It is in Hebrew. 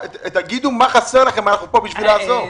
תגידו מה חסר לכם, אנחנו פה בשביל לעזור.